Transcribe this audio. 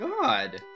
god